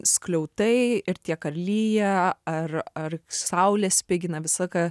skliautai ir tiek ar lyja ar ar saulė spigina visą laiką